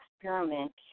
experiment